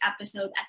episode